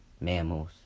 mammals